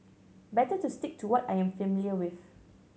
better to stick to what I am familiar with